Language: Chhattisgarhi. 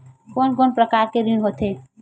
कोन कोन प्रकार के ऋण होथे?